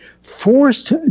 forced